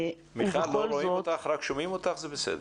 מיכל, לא רואים אותך, רק שומעים אותך, זה בסדר.